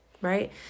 Right